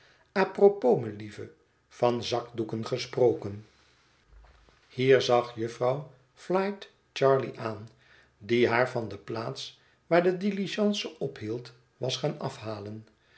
apropos melieve van zakdoeken gesproken hier zag jufvrouw flite charley aan die haar van de plaats waar de diligence ophield was gaan afhalen